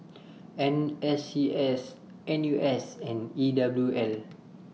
N S C S N U S and E W L